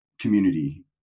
community